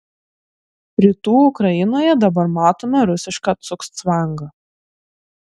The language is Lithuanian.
rytų ukrainoje dabar matome rusišką cugcvangą